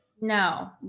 No